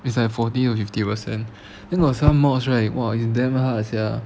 it's like forty or fifty precent then got some mods~ right !wah! it's damn hard sia